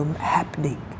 happening